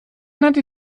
nannte